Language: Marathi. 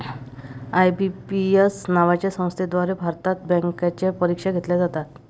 आय.बी.पी.एस नावाच्या संस्थेद्वारे भारतात बँकांच्या परीक्षा घेतल्या जातात